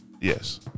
Yes